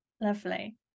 lovely